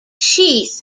sheath